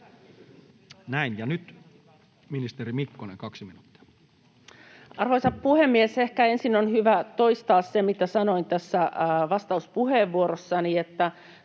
Arvoisa puhemies! Ehkä ensin on hyvä toistaa se, mitä sanoin vastauspuheenvuorossani: